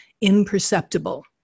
imperceptible